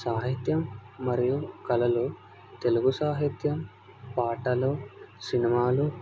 సాహిత్యం మరియు కళలు తెలుగు సాహిత్యం పాటలు సినిమాలు